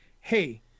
hey